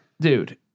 dude